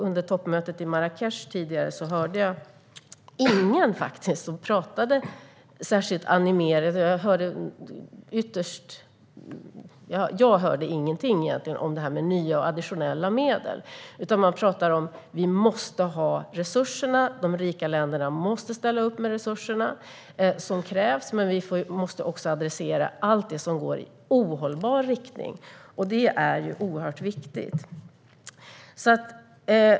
Under toppmötet i Marrakech hörde jag faktiskt ingenting om detta med nya och additionella medel. I stället talar man om att de rika länderna måste ställa upp med de resurser som krävs men att vi också måste adressera allt som går i ohållbar riktning. Detta är oerhört viktigt.